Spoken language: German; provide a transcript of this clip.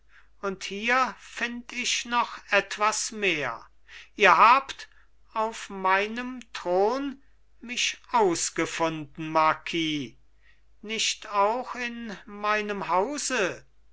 und hier find ich noch etwas mehr ihr habt auf meinem thron mich ausgefunden marquis nicht auch in meinem hause